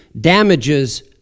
damages